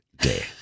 day